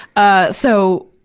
ah, so,